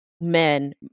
men